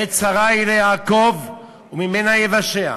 עת צרה היא ליעקב, וממנה ייוושע.